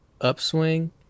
Upswing